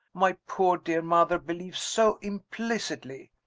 my poor dear mother believes so implicitly.